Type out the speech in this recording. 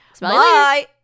Bye